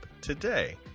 today